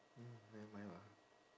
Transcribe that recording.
never mind lah